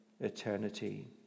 eternity